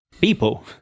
people